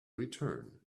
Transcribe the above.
return